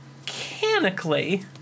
mechanically